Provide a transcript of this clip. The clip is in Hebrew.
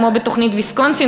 כמו בתוכנית ויסקונסין,